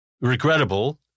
regrettable